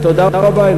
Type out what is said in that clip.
תודה רבה.